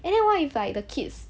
and then what if like the kids